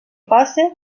passa